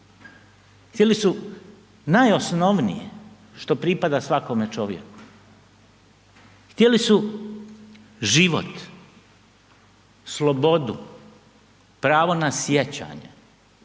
htjeli su najosnovnije što pripada svakom čovjeku, htjeli su život, slobodu, pravo na sjećanje,